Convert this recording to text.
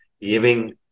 giving